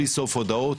בלי סוף הודעות,